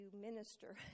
minister